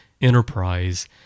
Enterprise